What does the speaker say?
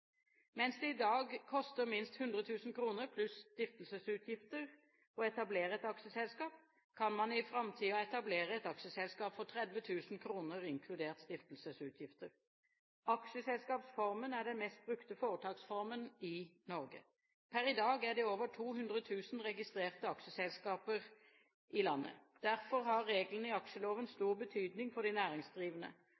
Mens det i dag koster minst 100 000 kr pluss stiftelsesutgifter å etablere et aksjeselskap, kan man i framtiden etablere et aksjeselskap for 30 000 kr, inkludert stiftelsesutgifter. Aksjeselskapsformen er den mest brukte foretaksformen i Norge. Per i dag er det over 200 000 registrerte aksjeselskaper i landet. Derfor har reglene i aksjeloven